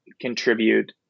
contribute